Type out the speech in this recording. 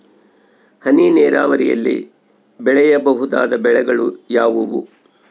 ಹನಿ ನೇರಾವರಿಯಲ್ಲಿ ಬೆಳೆಯಬಹುದಾದ ಬೆಳೆಗಳು ಯಾವುವು?